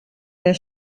their